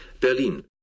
Berlin